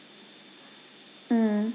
mm